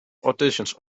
auditions